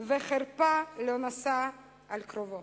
וחרפה לא נשא על קרובו,